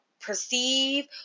perceive